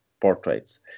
portraits